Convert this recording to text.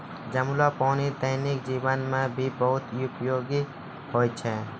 जमलो पानी दैनिक जीवन मे भी बहुत उपयोगि होय छै